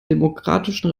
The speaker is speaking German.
demokratischen